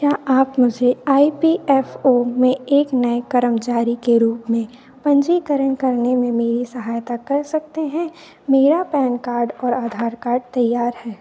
क्या आप मुझे आई पी एफ ओ में एक नए कर्मचारी के रूप में पंजीकरण करने में मेरी सहायता कर सकते हैं मेरा पैन कार्ड और आधार कार्ड तैयार है